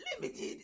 limited